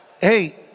hey